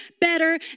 better